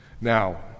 Now